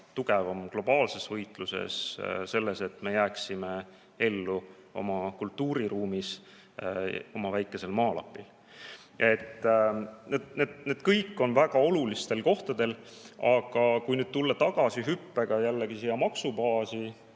tugevam globaalses võitluses ja selles, et me jääksime ellu oma kultuuriruumis ja oma väikesel maalapil. Need kõik on väga olulistel kohtadel. Aga kui nüüd tulla tagasi hüppega jällegi maksubaasi